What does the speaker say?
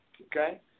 okay